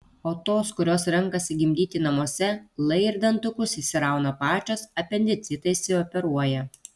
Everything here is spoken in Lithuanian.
o tos kurios renkasi gimdyti namuose lai ir dantukus išsirauna pačios apendicitą išsioperuoja